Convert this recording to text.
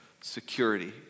security